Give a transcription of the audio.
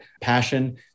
passion